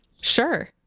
Sure